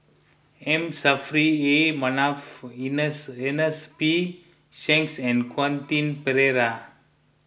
M Saffri A Manaf Ernest ernest P Shanks and Quentin Pereira